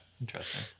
interesting